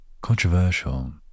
Controversial